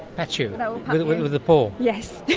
pat you know with with a paw? yes.